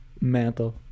Mental